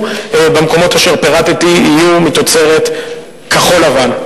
במקומות אשר פירטתי יהיו מתוצרת כחול-לבן.